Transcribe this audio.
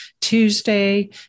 Tuesday